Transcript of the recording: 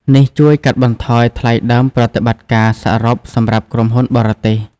នេះជួយកាត់បន្ថយថ្លៃដើមប្រតិបត្តិការសរុបសម្រាប់ក្រុមហ៊ុនបរទេស។